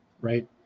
right